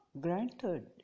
granted